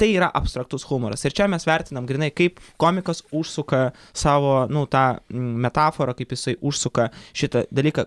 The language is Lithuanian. tai yra abstraktus humoras ir čia mes vertinam grynai kaip komikas užsuka savo nu tą metaforą kaip jisai užsuka šitą dalyką